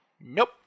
Nope